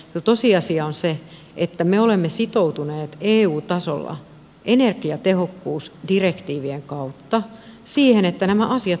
kyllä tosiasia on se että me olemme sitoutuneet eu tasolla energiatehokkuusdirektiivien kautta siihen että nämä asiat laitetaan kuntoon